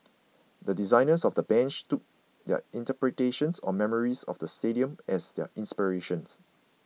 the designers of the bench took their interpretations or memories of the stadium as their inspirations